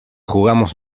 jugamos